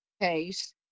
case